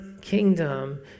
kingdom